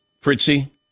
Fritzy